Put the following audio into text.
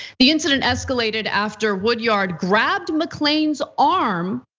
the incident escalated after woodyard grabbed mcclain's arm,